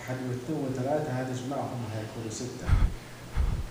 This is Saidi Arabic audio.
واحد واتنين وتلاتة هتجمعهم هيكونوا ستة